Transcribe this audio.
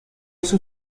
sub